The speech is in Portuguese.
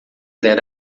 quando